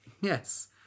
Yes